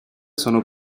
sono